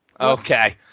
Okay